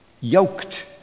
yoked